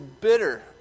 bitter